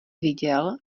viděl